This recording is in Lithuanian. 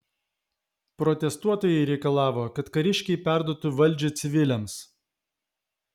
protestuotojai reikalavo kad kariškiai perduotų valdžią civiliams